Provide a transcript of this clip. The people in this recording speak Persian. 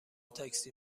تاکسی